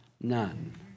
none